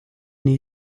new